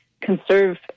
conserve